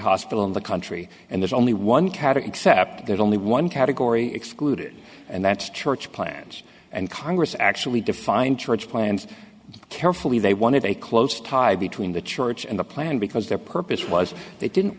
hospital in the country and there's only one catterick set up there's only one category excluded and that's church plans and congress actually defined church plans carefully they wanted a close tie between the church and the plan because their purpose was they didn't